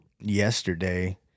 yesterday